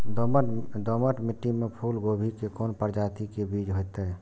दोमट मिट्टी में फूल गोभी के कोन प्रजाति के बीज होयत?